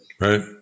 Right